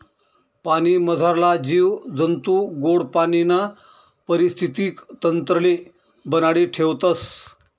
पाणीमझारला जीव जंतू गोड पाणीना परिस्थितीक तंत्रले बनाडी ठेवतस